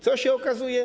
Co się okazuje?